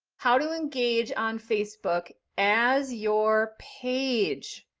how do you engage on facebook as your page?